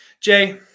Jay